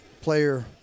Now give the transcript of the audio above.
player